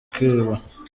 kwiba